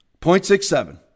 0.67